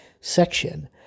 section